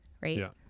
right